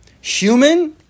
Human